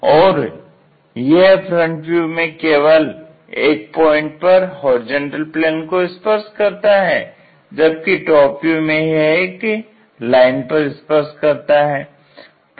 और यह FV में केवल एक पॉइंट पर HP को स्पर्श करता है जबकि टॉप व्यू में यह एक लाइन पर स्पर्श करता है